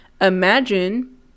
imagine